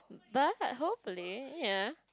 but hopefully ya